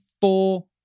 four